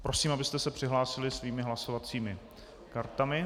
Prosím, abyste se přihlásili svými hlasovacími kartami.